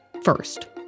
First